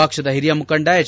ಪಕ್ಷದ ಹಿರಿಯ ಮುಖಂಡ ಎಚ್